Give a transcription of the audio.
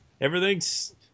everything's